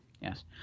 Yes